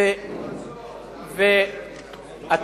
אין מצור,